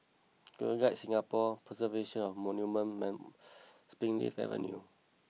Girl Guides Singapore Preservation of Monuments Springleaf Avenue